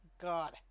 God